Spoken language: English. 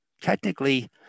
technically